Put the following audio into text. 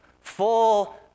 full